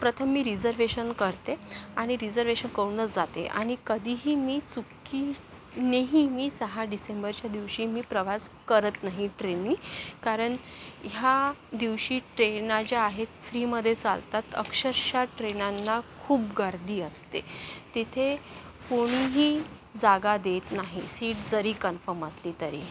प्रथम मी रिझर्वेशन करते आणि रिझर्वेशन करूनच जाते आणि कधीही मी चुकीनेही मी सहा डिसेंबरच्या दिवशी मी प्रवास करत नाही ट्रेननी कारण ह्या दिवशी ट्रेना ज्या आहेत फ्रीमधे चालतात अक्षरश ट्रेनांना खूप गर्दी असते तिथे कोणीही जागा देत नाही सीट जरी कन्फर्म असली तरी